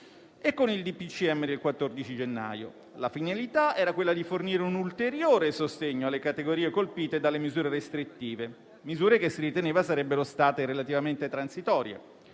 e con il DPCM del 14 gennaio. La finalità era quella di fornire un ulteriore sostegno alle categorie colpite dalle misure restrittive, che si riteneva sarebbero state relativamente transitorie.